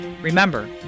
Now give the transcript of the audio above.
Remember